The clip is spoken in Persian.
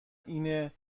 اینه